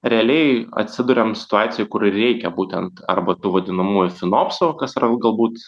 realiai atsiduriam situacijoj kur reikia būtent arba tų vadinamųjų sinopsių kas yra galbūt